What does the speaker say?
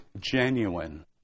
genuine